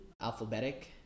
alphabetic